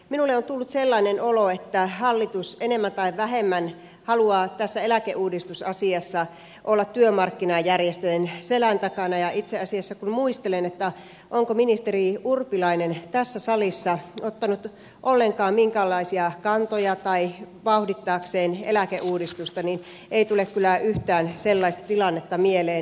minulle on tullut sellainen olo että hallitus enemmän tai vähemmän haluaa tässä eläkeuudistusasiassa olla työmarkkinajärjestöjen selän takana ja itse asiassa kun muistelen onko ministeri urpilainen tässä salissa ottanut ollenkaan minkäänlaisia kantoja vauhdittaakseen eläkeuudistusta ei tule kyllä yhtään sellaista tilannetta mieleen